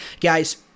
guys